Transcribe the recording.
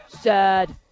Sad